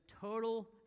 total